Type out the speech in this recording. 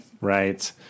right